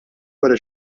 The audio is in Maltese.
wara